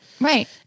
Right